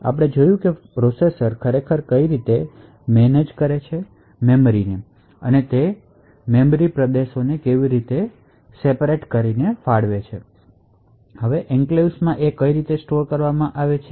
આપણે જોયું કે પ્રોસેસર ખરેખર મેમરી ને કેવી રીતે મેનેજ કરે છે તે ખરેખર એન્ક્લેવ્સ માટે મેમરી પ્રદેશો કેવી રીતે ફાળવે છે વસ્તુઓ ખરેખર એન્ક્લેવ્સ માં કેવી રીતે સ્ટોર કરવામાં આવી હતી